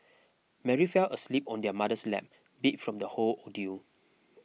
Mary fell asleep on her mother's lap beat from the whole ordeal